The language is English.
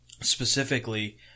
specifically